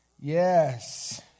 Yes